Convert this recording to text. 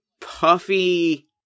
puffy